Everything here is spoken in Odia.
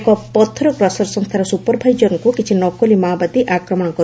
ଏକ ପଥର କ୍ରସର ସଂସ୍ତାର ସୁପରଭାଇଜରଙ୍କୁ କାଲି ନକଲି ମାଓବାଦୀ ଆକ୍ରମଣ କରିଥିଲେ